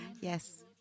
Yes